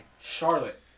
Charlotte